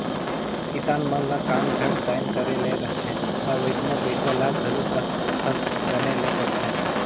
किसान मन ल काम झट दाएन करे ले रहथे ता वइसने पइसा ल घलो खस खस गने ले परथे